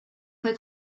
fue